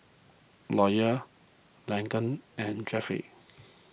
Lawyer Laken and Jeffrey